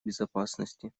безопасности